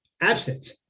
absent